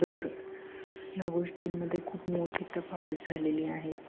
दर ह्या गोष्टींमध्ये खूप मोठी तफावत झालेली आहे